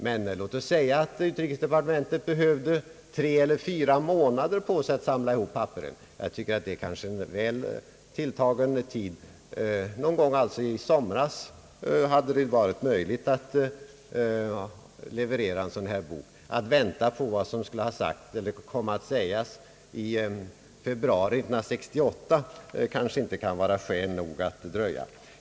Men låt oss säga att utrikesdepartementet behövde tre eller fyra månader på sig för att samla papperen, så tycker jag nog att den tiden är väl tilltagen. Någon gång i somras hade det alltså varit möjligt att leverera en sådan här bok. Att man eventuellt vill vänta på vad som kunde komma att sägas i februari 1968 kan knappast vara skäl nog för att dröja.